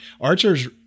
Archer's